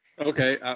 Okay